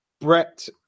brett